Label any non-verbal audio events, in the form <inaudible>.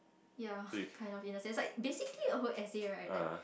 ya <breath> kind of in a sense like basically in a whole essay right like